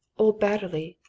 old batterley,